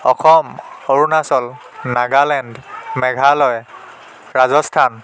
Assam Arunachal Nagaland Meghalaya Rajasthan